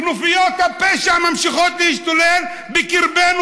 כנופיות הפשע ממשיכות להשתולל בקרבנו,